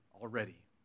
already